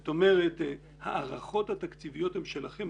זאת אומרת, ההערכות התקציביות הן שלכם.